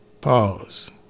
Pause